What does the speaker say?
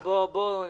אמרתי.